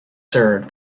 served